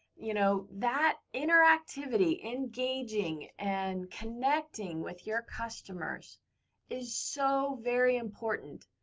you know that interactivity, engaging and connecting with your customers is so very important.